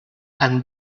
and